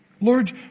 Lord